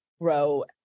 grow